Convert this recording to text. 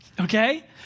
okay